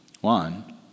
One